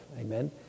amen